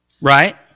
right